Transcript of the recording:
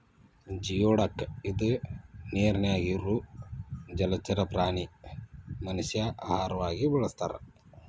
geoduck ಇದ ನೇರಿನ್ಯಾಗ ಇರು ಜಲಚರ ಪ್ರಾಣಿ ಮನಷ್ಯಾ ಆಹಾರವಾಗಿ ಬಳಸತಾರ